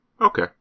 okay